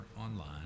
online